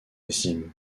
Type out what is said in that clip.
estime